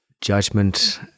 judgment